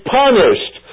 punished